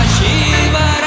Shiva